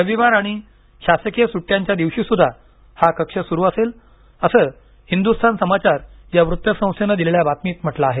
रविवार आणि शासकीय सुट्ट्यांच्या दिवशी सुद्धा हा कक्ष सुरु असेल असं हिंदुस्तान समाचार या वृत्त संस्थेनं दिलेल्या बातमीत म्हटलं आहे